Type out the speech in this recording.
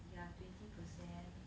yeah twenty percent